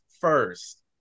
first